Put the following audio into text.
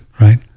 right